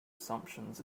assumptions